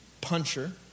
puncher